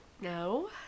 No